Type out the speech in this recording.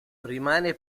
rimane